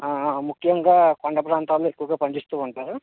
ముఖ్యంగా కొండప్రాంతాల్లో ఎక్కువగా పండిస్తూ ఉంటారు